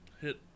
hit